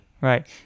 Right